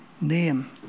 name